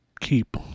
keep